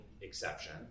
exception